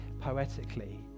poetically